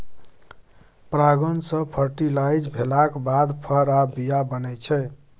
परागण सँ फर्टिलाइज भेलाक बाद फर आ बीया बनै छै